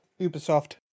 Ubisoft